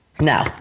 No